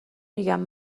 میگم